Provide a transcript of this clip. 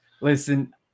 Listen